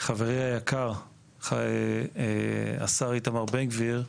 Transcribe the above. חברי היקר, השר איתמר בן גביר.